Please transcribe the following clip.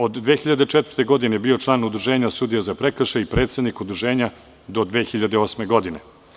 Od 2004. godine bio je član Udruženja sudija za prekršaje i predsednik Udruženja do 2008. godine.